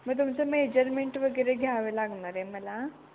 मग तुमचं मेजरमेंट वगैरे घ्यावं लागणार आहे मला